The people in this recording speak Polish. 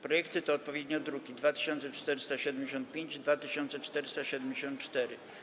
Projekty to odpowiednio druki nr 2475 i 2474.